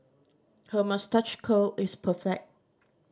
her moustache curl is perfect